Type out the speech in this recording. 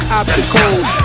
obstacles